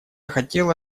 хотела